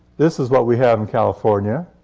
this is what we have in california.